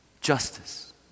Justice